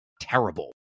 terrible